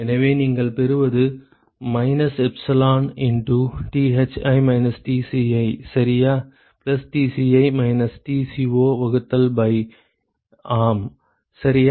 எனவே நீங்கள் பெறுவது minus epsilon into Thi minus Tci சரியா பிளஸ் Tci மைனஸ் Tco வகுத்தல் பை ஆம் சரியா